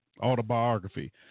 Autobiography